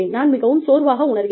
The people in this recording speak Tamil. நான் மிகவும் சோர்வாக உணர்கிறேன்